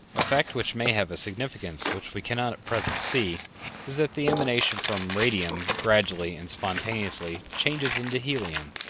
a fact which may have a significance which we cannot at present see is that the emanation from radium gradually and spontaneously changes into helium,